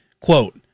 Quote